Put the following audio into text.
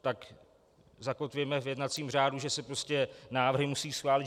Tak zakotvíme v jednacím řádu, že se prostě návrhy musí schválit.